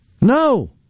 No